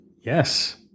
yes